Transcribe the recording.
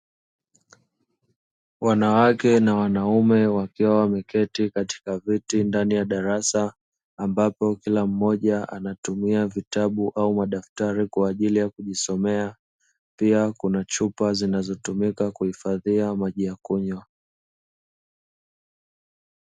Wanawake na wanaume wakiwa wameketi katika viti ndani ya darasa, ambapo kila mmoja anatumia vitabu au madaktari kwa ajili ya kujisomea pia kuna chupa zinazotumika kuhifadhia maji ya kunywa.